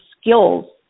skills